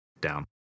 down